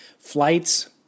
flights